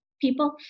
people